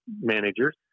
managers